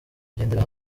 kugendera